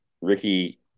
Ricky